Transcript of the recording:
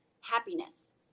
happiness